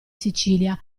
sicilia